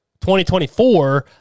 2024